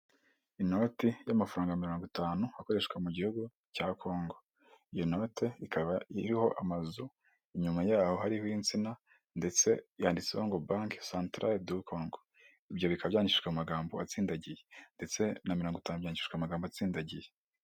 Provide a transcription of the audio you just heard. Inoti y'amafaranga mirongo itanu akoreshwa mu gihugu cya Kongo iyo note ikaba iriho amazu, inyuma yaho hariho insina ndetse yanditseho ngo banki santarari do kongo, ibyo bikaba byayandijwe amagambo atsindagiye ndetse na mirongo itanu, byayigijwe amagambo atsindagiye.